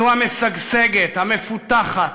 זו המשגשגת, המפותחת,